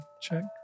check